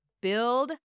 build